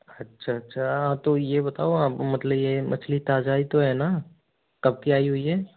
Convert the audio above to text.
अच्छा अच्छा हाँ तो ये बताओ मतलब ये मछली ताजा ही तो है ना कब की आई हुई है